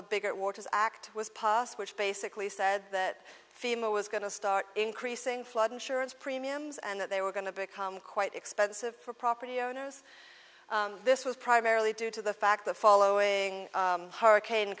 the bigger waters act was passed which basically said that femur was going to start increasing flood insurance premiums and that they were going to become quite expensive for property owners this was primarily due to the fact that following hurricane